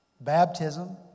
Baptism